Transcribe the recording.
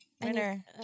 Winner